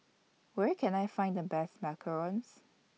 Where Can I Find The Best Macarons